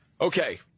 Okay